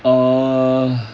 err